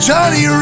Johnny